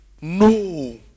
No